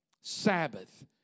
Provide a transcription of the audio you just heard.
Sabbath